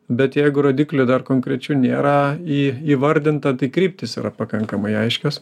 bet jeigu rodiklių dar konkrečių nėra į įvardinta tai kryptys yra pakankamai aiškios